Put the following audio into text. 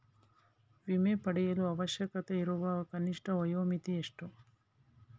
ವಿಮೆ ಪಡೆಯಲು ಅವಶ್ಯಕತೆಯಿರುವ ಕನಿಷ್ಠ ವಯೋಮಿತಿ ಎಷ್ಟು?